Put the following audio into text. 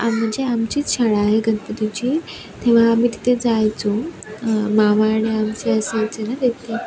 आ म्हणजे आमचीच शाळा आहे गणपतीची तेव्हा आम्ही तिथे जायचो मामा आणि आमचे असायचे ना तेथे